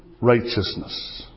righteousness